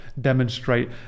demonstrate